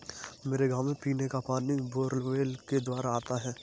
मेरे गांव में पीने का पानी बोरवेल के द्वारा आता है